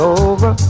over